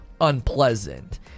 unpleasant